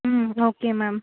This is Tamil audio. ம் ஓகே மேம்